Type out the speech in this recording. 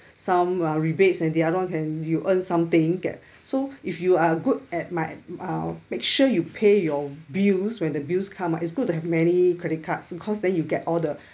some uh rebates and the other [one] can you earn something get so if you are good at ma~ uh make sure you pay your bills when the bills come ah it's good to have many credit cards cause then you get all the